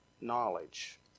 Knowledge